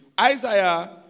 Isaiah